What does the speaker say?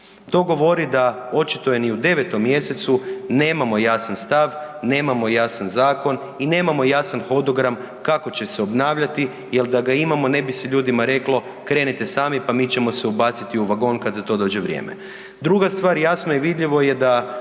To govori da očito je ni u 9. mjesecu nemamo jasan stav, nemamo jasan zakon i nemamo jasan hodogram kako će se obnavljati jer da ga imamo ne bi se ljudima reklo, krenite sami pa mi ćemo se ubaciti u vagon kada za to dođe vrijeme. Druga stvar, jasno i vidljivo je da